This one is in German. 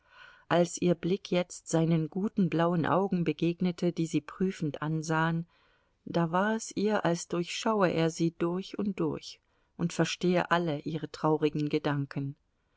als ihr blick jetzt seinen guten blauen augen begegnete die sie prüfend ansahen da war es ihr als durchschaue er sie durch und durch und verstehe alle ihre traurigen gedanken